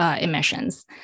emissions